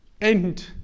end